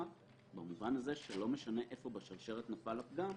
במובן הזה שלא משנה איפה בשרשרת נפל הפגם,